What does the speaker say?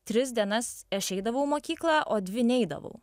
tris dienas aš eidavau į mokyklą o dvi neidavau